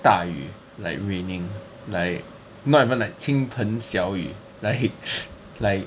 大雨 like raining like not even like 倾盆小雨 like like